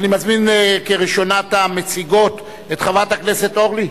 אני מזמין כראשונת המציגים את חברת הכנסת אורלי,